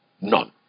None